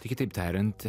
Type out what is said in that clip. tai kitaip tariant